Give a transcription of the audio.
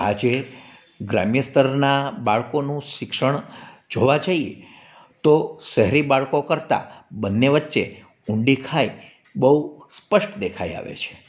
આજે ગ્રામ્ય સ્તરનાં બાળકોનું શિક્ષણ જોવા જઈએ તો શહેરી બાળકો કરતાં બંને વચ્ચે ઊંડી ખાઈ બહુ સ્પષ્ટ દેખાઈ આવે છે